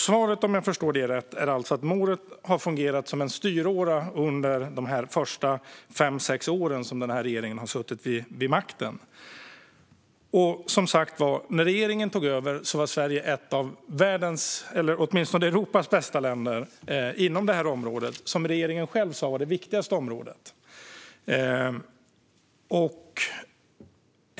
Svaret, om jag förstår det rätt, är att målet har fungerat som en styråra under de första fem sex år som den här regeringen har suttit vid makten. När regeringen tog över var Sverige som sagt ett av världens, eller åtminstone Europas, bästa länder på det här området - som regeringen själv sa var det viktigaste området.